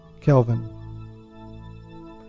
Kelvin